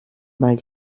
mal